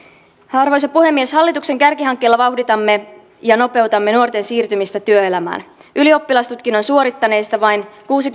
arvoisa puhemies hallituksen kärkihankkeella vauhditamme ja nopeutamme nuorten siirtymistä työelämään ylioppilastutkinnon suorittaneista vain kuusikymmentä